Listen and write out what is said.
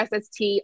SST